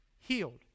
healed